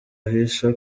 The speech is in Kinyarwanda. ahisha